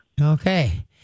Okay